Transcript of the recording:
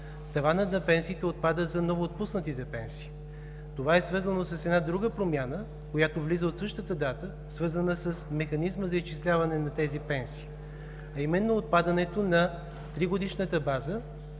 таванът на пенсиите отпада за новоотпуснатите пенсии. Това е свързано с една друга промяна, която влиза от същата дата, свързана с механизма за изчисляване на тези пенсии, а именно отпадането на тригодишната база